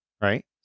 right